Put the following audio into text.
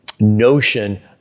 notion